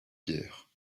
pierre